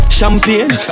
Champagne